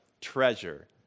treasure